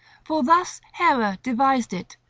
for thus hera devised it,